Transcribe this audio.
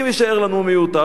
אם יישאר לנו מיותר,